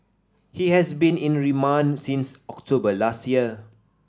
he has been in remand since October last year